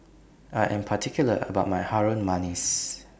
I Am particular about My Harum Manis